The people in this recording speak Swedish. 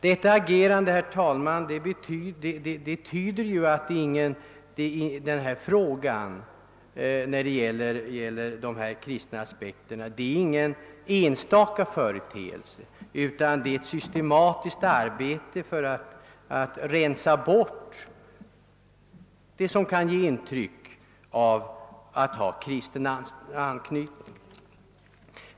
Detta agerande, herr talman, tyder på att det inte rör sig om någon enstaka företeelse utan att det pågår ett systematiskt arbete att rensa bort det som kan ge intryck av att ha kristen anknytning.